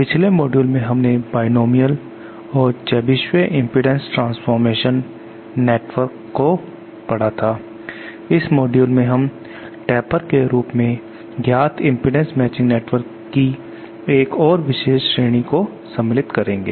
पिछले मॉड्यूल में हमने बायनॉमिनल और चेबीशेव इम्पीडन्स ट्रांसफॉरमेशन नेटवर्क को पढ़ा था इस मॉड्यूल में हम टेपर के रूप में ज्ञात इम्पीडन्स मैचिंग नेटवर्क की एक और विशेष श्रेणी को सम्मिलित करेंगे